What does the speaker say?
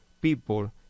people